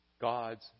God's